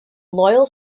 loyal